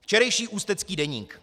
Včerejší Ústecký deník: